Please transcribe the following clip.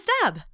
stab